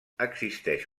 existeix